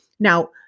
Now